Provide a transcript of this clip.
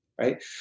right